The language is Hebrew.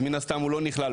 אז מן הסתם הוא לא נכלל,